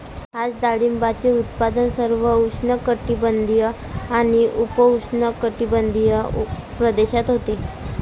आज डाळिंबाचे उत्पादन सर्व उष्णकटिबंधीय आणि उपउष्णकटिबंधीय प्रदेशात होते